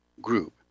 group